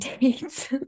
dates